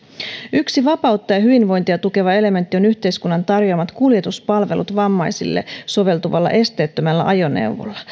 yksi vapautta ja hyvinvointia tukeva elementti on yhteiskunnan tarjoamat kuljetuspalvelut vammaisille soveltuvalla esteettömällä ajoneuvolla